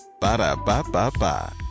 Ba-da-ba-ba-ba